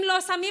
אם לא מתגברים,